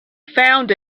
found